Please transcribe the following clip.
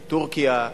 טורקיה.